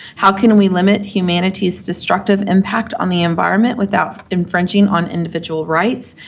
how can we limit humanity's destructive impact on the environment without infringing on individual rights?